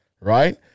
right